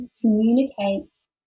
communicates